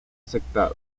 aceptada